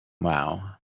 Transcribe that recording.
Wow